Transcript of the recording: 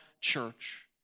church